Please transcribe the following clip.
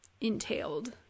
entailed